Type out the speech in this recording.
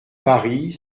paris